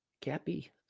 Cappy